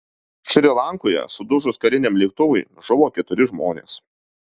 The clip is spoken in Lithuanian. šri lankoje sudužus kariniam lėktuvui žuvo keturi žmonės